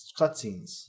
cutscenes